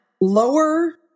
lower